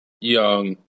young